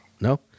No